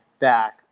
back